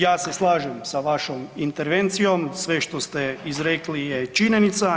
Ja se slažem sa vašom intervencijom, sve što ste izrekli je činjenica.